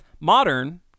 Modern